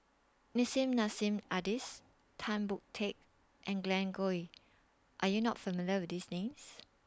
Nissim Nassim Adis Tan Boon Teik and Glen Goei Are YOU not familiar with These Names